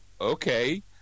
okay